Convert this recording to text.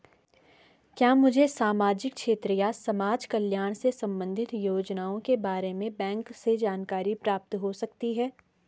क्या मुझे सामाजिक क्षेत्र या समाजकल्याण से संबंधित योजनाओं के बारे में बैंक से जानकारी प्राप्त हो सकती है?